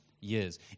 years